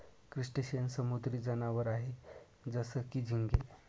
crustacean समुद्री जनावर आहे जसं की, झिंगे